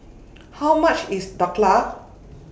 How much IS Dhokla